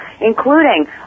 including